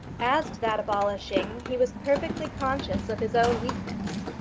as to that abolishing he was perfectly conscious of his own weakness.